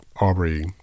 Aubrey